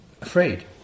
afraid